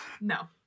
no